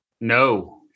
no